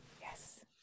yes